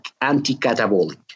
anti-catabolic